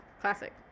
Classic